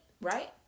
right